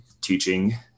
teaching